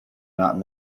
not